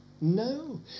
No